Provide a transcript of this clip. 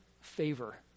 favor